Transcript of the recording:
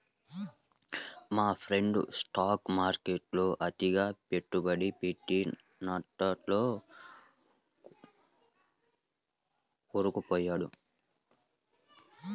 మా friend stock మార్కెట్టులో అతిగా పెట్టుబడి పెట్టి నట్టాల్లో కూరుకుపొయ్యాడు